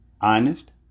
honest